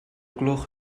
gloch